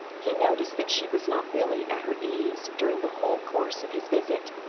he noticed that she was not really at her ease during the whole course of his visit.